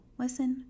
listen